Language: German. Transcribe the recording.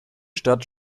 stadt